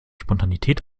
spontanität